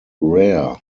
rare